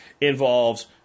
involves